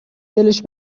دلش